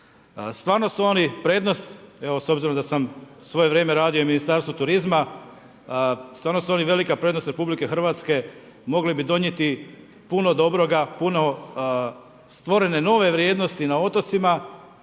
Stvarno su oni prednost, evo s obzirom da sam svojevremeno radio u Ministarstvu turizma, stvarno su oni velika prednost RH, mogli bi donijeti puno dobroga, puno stvorene nove vrijednosti na otocima,